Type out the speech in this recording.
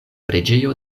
preĝejo